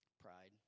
Pride